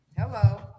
hello